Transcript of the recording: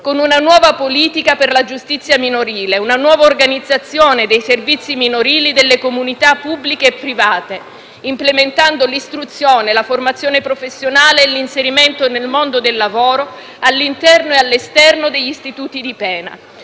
con una nuova politica per la giustizia minorile e una nuova organizzazione dei servizi minorili delle comunità pubbliche e private, implementando l'istruzione, la formazione professionale e l'inserimento nel mondo del lavoro all'interno e all'esterno degli istituti di pena,